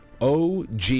OG